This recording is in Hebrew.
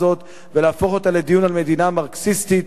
הזאת ולהפוך אותה לדיון על מדינה מרקסיסטית.